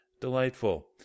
Delightful